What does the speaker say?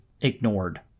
ignored